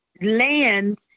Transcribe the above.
land